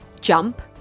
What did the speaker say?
jump